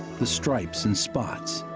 the stripes and spots.